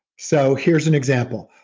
so here's an example.